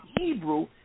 Hebrew